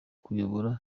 kuyobora